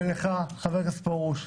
ולך, חבר הכנסת פרוש,